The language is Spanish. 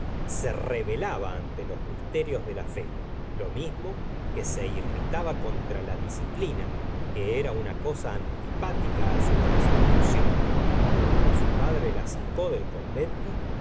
se rebelaba ante los misterios de la fe lo mismo que se irritaba contra la disciplina que era una cosa antipática su constitución cuando su padre la sacó del convento